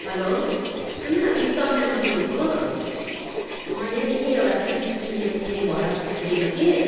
हलो सुन न तिमी सम्झाना बोलेको हो मैले नि एउटा कुर्ती किनेको थिएँ भरत स्टुडियोमा कि